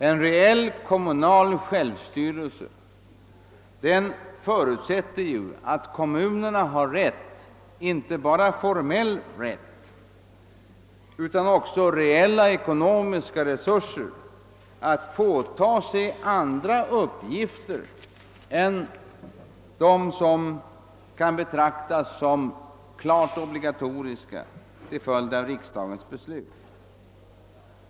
En reell kommunal självstyrelse förutsätter ju att kommunerna har inte bara formell rätt utan också reella ekonNomiska resurser att påtaga sig andra uppgifter än dem som kan betraktas som obligatoriska till följd av riksdagens beslut.